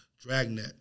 dragnet